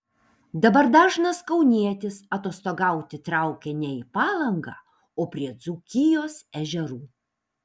dabar dažnas kaunietis atostogauti traukia ne į palangą o prie dzūkijos ežerų